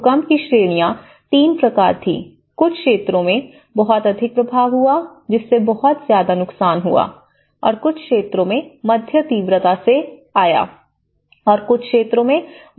भूकंप की श्रेणियां तीन प्रकार थी कुछ क्षेत्रों में बहुत अधिक प्रभाव हुआ जिससे बहुत ज्यादा नुकसान हुआ और कुछ क्षेत्रों में मध्य तीव्रता से आया और कुछ क्षेत्रों में बहुत कम तीव्रता से आया